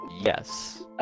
Yes